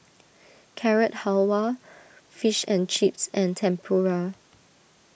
Carrot Halwa Fish and Chips and Tempura